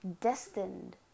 destined